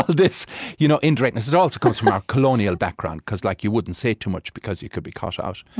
this you know indirectness. it also comes from our colonial background, because like you wouldn't say too much, because you could be caught out.